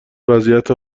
وضعیت